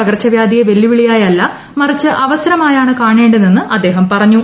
പകർച്ചവ്യാധിയെ വെല്ലുവിളി ആയല്ല മറിച്ച് അവസരമാര്യാണ് കാണേണ്ടതെന്ന് അദ്ദേഹം പറഞ്ഞു